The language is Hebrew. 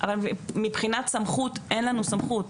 אבל מבחינת סמכות אין לנו סמכות,